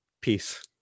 peace